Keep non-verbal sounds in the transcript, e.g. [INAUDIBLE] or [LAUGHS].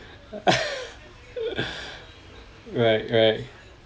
[LAUGHS] right right